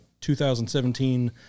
2017